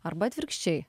arba atvirkščiai